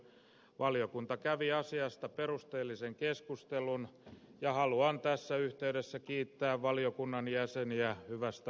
valiokunta kävi asiasta perusteellisen keskustelun ja haluan tässä yhteydessä kiittää valiokunnan jäseniä hyvästä yhteistyöstä